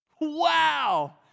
Wow